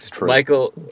Michael